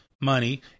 money